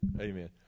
Amen